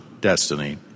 destiny